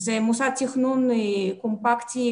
זה מוסד תכנון קומפקטי,